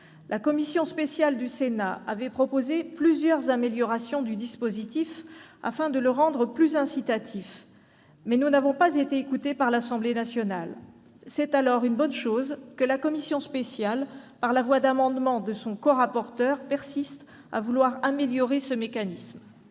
La commission spéciale du Sénat avait proposé plusieurs améliorations du dispositif, afin de le rendre plus incitatif, mais nous n'avons pas été écoutés par l'Assemblée nationale. C'est donc une bonne chose que la commission spéciale, par la voie d'amendements de son corapporteur, persiste à vouloir améliorer ce mécanisme.